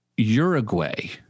Uruguay